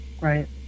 Right